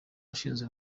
washinze